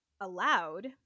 allowed